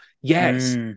Yes